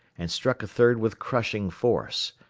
and struck a third with crushing force.